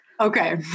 Okay